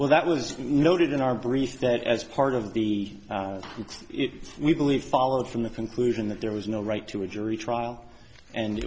well that was noted in our brief that as part of the it we believe followed from the conclusion that there was no right to a jury trial and